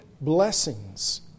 blessings